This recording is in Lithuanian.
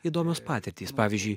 įdomios patirtys pavyzdžiui